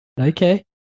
okay